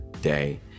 day